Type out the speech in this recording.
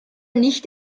nicht